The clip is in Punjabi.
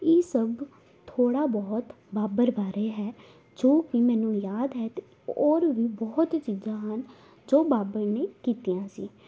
ਇਹ ਸਭ ਥੋੜ੍ਹਾ ਬਹੁਤ ਬਾਬਰ ਬਾਰੇ ਹੈ ਜੋ ਵੀ ਮੈਨੂੰ ਯਾਦ ਹੈ ਅਤੇ ਹੋਰ ਵੀ ਬਹੁਤ ਚੀਜ਼ਾਂ ਹਨ ਜੋ ਬਾਬਰ ਨੇ ਕੀਤੀਆਂ ਸੀ